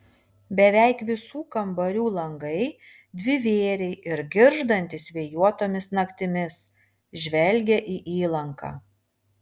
beveik visų kambarių langai dvivėriai ir girgždantys vėjuotomis naktimis žvelgia į įlanką